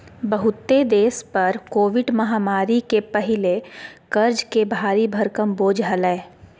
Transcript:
बहुते देश पर कोविड महामारी के पहले कर्ज के भारी भरकम बोझ हलय